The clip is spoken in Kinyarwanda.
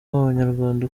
abanyarwanda